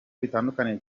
bitandukaniye